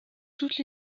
toute